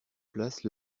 place